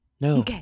No